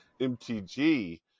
MTG